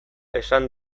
esan